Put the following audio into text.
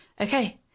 okay